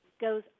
goes